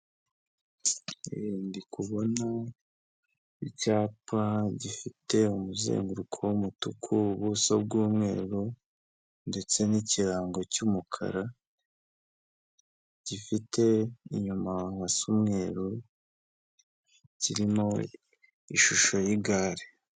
Ndikubona icyapa gifite umuzenguruko w’umutuku, ubuso bw'umweru, ndetse n'ikirango cy'umukara gifite inyuma has’umweru kirimo ishusho y'igare.